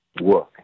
work